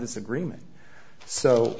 this agreement so